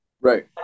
Right